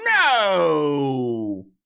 no